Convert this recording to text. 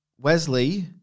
Wesley